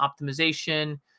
optimization